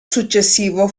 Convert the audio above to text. successivo